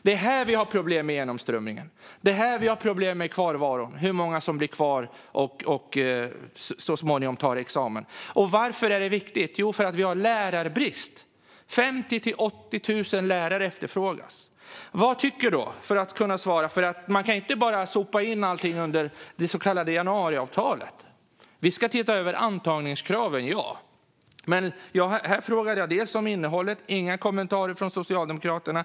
Det är här vi har problem med genomströmning och kvarvaro, alltså hur många som blir kvar och så småningom tar examen. Varför är det viktigt? Jo, för vi har en lärarbrist. Det är 50 000-80 000 lärare som efterfrågas. Vad tycker då Socialdemokraterna? Man kan inte bara sopa in allt under det så kallade januariavtalet. Vi ska se över antagningskravet, men jag frågade om innehållet utan att få någon kommentar från Socialdemokraterna.